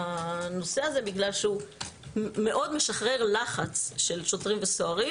בגלל שהוא מאוד משחרר לחץ של שוטרים וסוהרים,